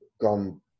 gone